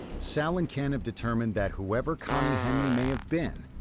sal and ken have determined that whoever connie henly may have been,